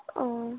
ও